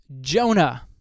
Jonah